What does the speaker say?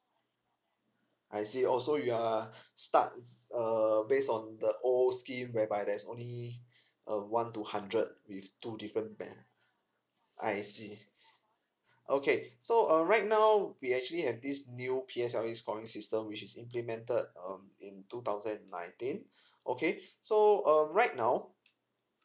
I see oh so you are start err based on the old scheme whereby there's only a one to hundred with two different band I see okay so uh right now we actually have this new P S L E scoring system which is implemented um in two thousand nineteen okay so uh right now